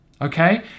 Okay